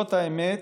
זאת האמת,